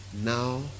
Now